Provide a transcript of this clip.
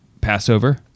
Passover